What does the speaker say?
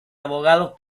abogados